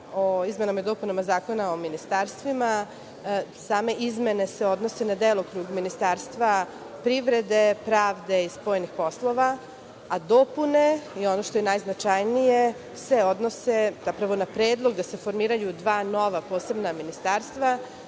o izmenama i dopunama Zakona o ministarstvima, same izmene se odnose na delokrug ministarstava privrede, pravde i spoljnih poslova, a dopune i ono što je najznačajnije se odnose zapravo na predlog da se formiraju dva nova posebna ministarstva